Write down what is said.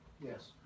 Yes